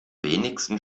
wenigsten